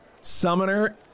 Summoner